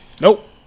Nope